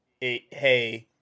hey